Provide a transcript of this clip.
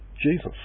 Jesus